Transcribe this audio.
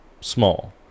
small